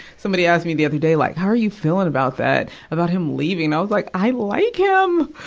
somebody asked me the other day, like, how are you feeling about that? about him leaving? i was, like, i like him!